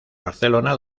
barcelona